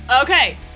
Okay